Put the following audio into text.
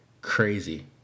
Crazy